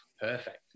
perfect